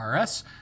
RS